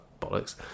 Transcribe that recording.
bollocks